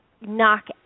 knock